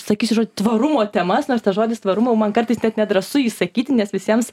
sakysime tvarumo temas nes tas žodis tvarumo man kartais net nedrąsu jį sakyti nes visiems